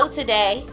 today